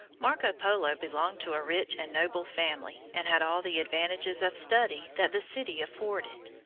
marco polo belonged to a rich and noble family, and had all the advantages of study that the city afforded.